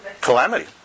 Calamity